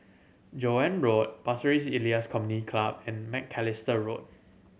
Joan Road Pasir Ris Elias Community Club and Macalister Road